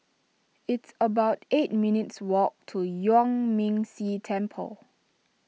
it's about eight minutes' walk to Yuan Ming Si Temple